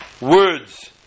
words